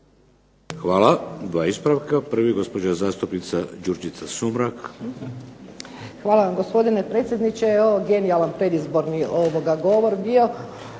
Hvala. Dva ispravka. Prvi gospođa zastupnica Đurđica Sumrak. **Sumrak, Đurđica (HDZ)** Hvala vam gospodine predsjedniče. Ovo je genijalan predizborni govor bio,